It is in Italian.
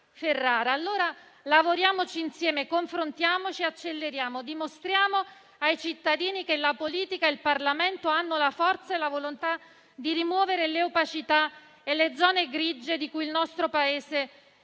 Ferrara. Allora lavoriamoci insieme, confrontiamoci, acceleriamo e dimostriamo ai cittadini che la politica e il Parlamento hanno la forza e la volontà di rimuovere le opacità e le zone grigie di cui il nostro Paese e